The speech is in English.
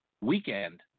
weekend